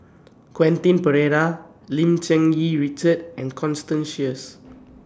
Quentin Pereira Lim Cherng Yih Richard and Constance Sheares